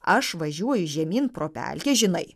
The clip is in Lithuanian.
aš važiuoju žemyn pro pelkę žinai